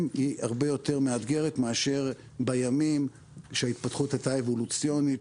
הוא הרבה יותר מאתגר מאשר בימים שההתפתחות הייתה אבולוציונית,